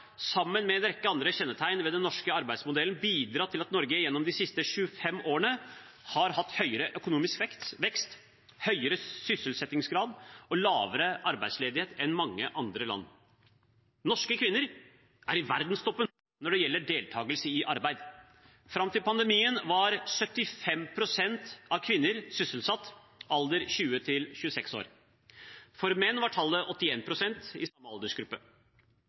sammen med en rekke andre kjennetegn ved den norske arbeidsmodellen, bidratt til at Norge gjennom de siste 25 årene har hatt høyere økonomisk vekst, høyere sysselsettingsgrad og lavere arbeidsledighet enn mange andre land. Norske kvinner er i verdenstoppen når det gjelder deltakelse i arbeid. Fram til pandemien var 75 pst. av kvinner i alderen 20–66 år sysselsatt. For menn var tallet 81 pst. i samme aldersgruppe.